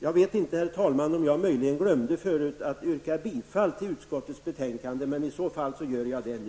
Jag vet inte, herr talman, om jag möjligen förut glömde att yrka bifall till utskottets hemställan. Skulle så vara fallet, gör jag det nu.